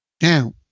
Now